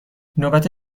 نوبت